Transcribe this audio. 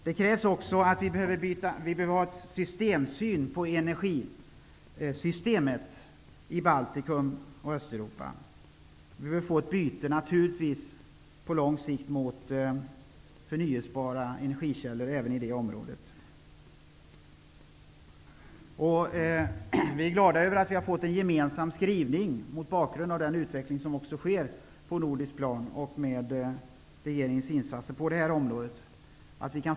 Det behövs ett systemtänkande i fråga om energianvändning i Baltikum och Östeuropa. Det måste ske ett byte mot långsiktiga förnybara energikällor även i det området. Vi är, mot bakgrund av den utveckling som sker på det nordiska planet med hjälp av regeringens insatser, glada över att vi har fått en gemensam skrivning på den punkten.